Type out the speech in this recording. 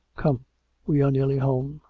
come we are nearly home.